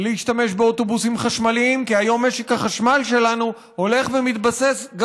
למרבית השמחה, גז שנמצא ליד חופי ישראל.